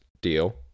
deal